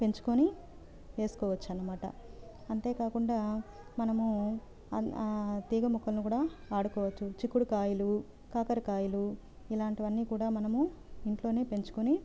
పెంచుకుని వేసుకోవచ్చన్నమాట అంతేకాకుండా మనము తీగమొక్కలను కూడా వాడుకోవచ్చు చిక్కుడుకాయలు కాకరకాయలు ఇలాంటివన్నీ కూడా మనము ఇంట్లో పెంచుకుని